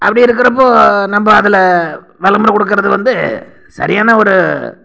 அப்படி இருக்குறப்போ நம்ப அதில் விளம்பரம் கொடுக்குறது வந்து சரியான ஒரு